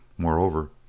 Moreover